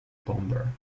bomber